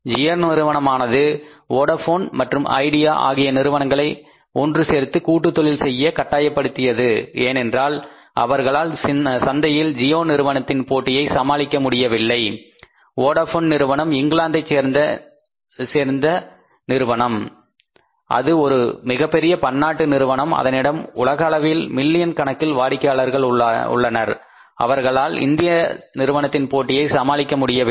ஜியோ நிறுவனமானது வோடபோன் மற்றும் ஐடியா ஆகிய நிறுவனங்களை ஒன்று சேர்ந்து கூட்டுத்தொழில் செய்ய கட்டாயப்படுத்தியது ஏனென்றால் அவர்களால் சந்தையில் ஜியோ நிறுவனத்தின் போட்டியை சமாளிக்க முடியவில்லை வோடபோன்வோடபோன் நிறுவனம் இங்கிலாந்தை சேர்ந்தது அது ஒரு மிகப் பெரிய பன்னாட்டு நிறுவனம் அதனிடம் உலக அளவில் மில்லியன் கணக்கில் வாடிக்கையாளர்கள் உள்ளனர் அவர்களால் இந்திய நிறுவனத்தின் போட்டியை சமாளிக்க முடியவில்லை